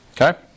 Okay